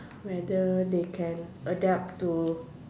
whether they can adapt to